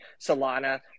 Solana